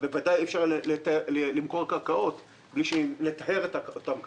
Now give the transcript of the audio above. ובוודאי אי אפשר למכור קרקעות בלי לטהר את אותן קרקעות.